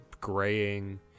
graying